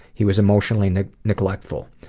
he was emotionally neglectful.